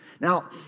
Now